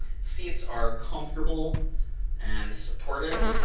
seats are comfortable and supportive.